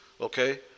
okay